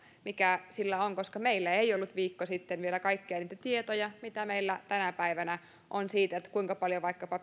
mikä sillä on koska meillä ei ollut viikko sitten vielä kaikkia niitä tietoja mitä meillä tänä päivänä on siitä kuinka paljon vaikkapa